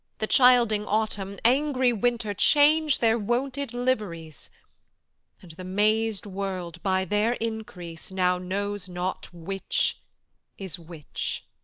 the childing autumn, angry winter, change their wonted liveries and the mazed world, by their increase, now knows not which is which.